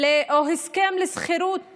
או הסכם שכירות